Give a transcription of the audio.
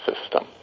system